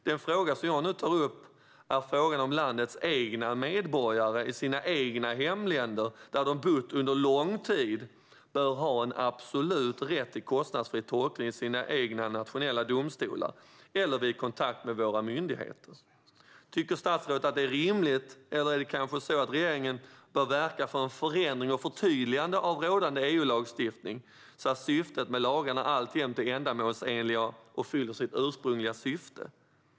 Den fråga som jag nu tar upp är om landets egna medborgare i sina egna hemländer, där de har bott under lång tid, bör ha en absolut rätt till kostnadsfri tolkning i sina egna nationella domstolar eller vid kontakt med våra myndigheter. Tycker statsrådet att detta är rimligt, eller är det kanske så att regeringen bör verka för en förändring eller ett förtydligande av rådande EU-lagstiftning så att lagarna alltjämt är ändamålsenliga och fyller sitt ursprungliga syfte?